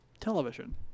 television